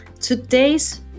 Today's